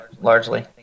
largely